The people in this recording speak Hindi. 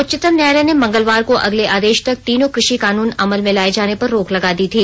उच्चतम न्यायालय ने मंगलवार को अगले आदेश तक तीनों कृषि कानून अमल में लाए जाने पर रोक लगा दी थी